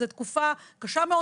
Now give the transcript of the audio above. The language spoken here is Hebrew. זאת תקופה קשה מאוד.